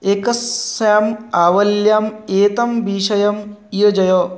एकस्याम् आवल्याम् एतं विषयं योजय